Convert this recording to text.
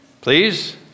please